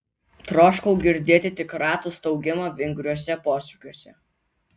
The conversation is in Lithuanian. troškau girdėti tik ratų staugimą vingriuose posūkiuose